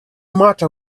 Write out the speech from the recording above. matter